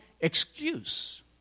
excuse